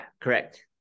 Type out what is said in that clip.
correct